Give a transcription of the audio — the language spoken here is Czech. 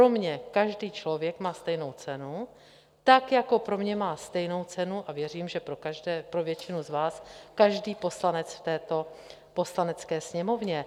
Pro mě každý člověk má stejnou cenu, tak jako pro mě má stejnou cenu a věřím, že pro většinu z vás každý poslanec v této Poslanecké sněmovně.